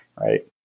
right